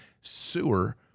sewer